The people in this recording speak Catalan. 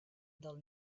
del